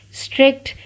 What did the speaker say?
strict